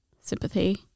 sympathy